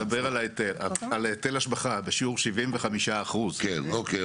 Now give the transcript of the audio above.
אני מדבר על היטל ההשבחה בשיעור 75%. אוקיי,